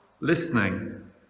listening